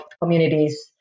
communities